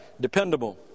dependable